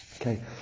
Okay